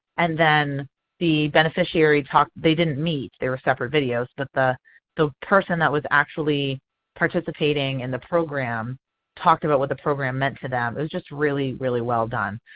and then the beneficiary they didn't meet. they were separate videos but the the person that was actually participating in the program talked about what the program meant to them. it was just really, really well done.